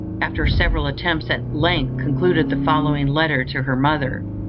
after several attempts, at length concluded the following letter to her mother